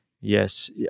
yes